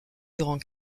durant